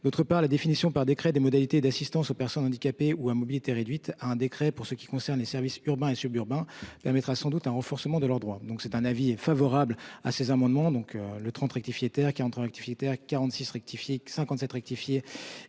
D'autre part la définition par décret des modalités d'assistance aux personnes handicapées ou à mobilité réduite à un décret pour ce qui concerne les services urbains et suburbains permettra sans doute un renforcement de leurs droits, donc c'est un avis favorable à ces amendements donc le 30 rectifié terre qui entre actualité à 46 rectifié 57 rectifié